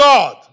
God